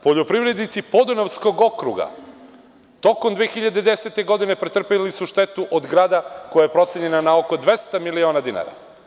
Poljoprivrednici Podunavskog okruga, tokom 2010. godine pretrpeli su štetu od grada koja je procenjena na oko 200 miliona dinara.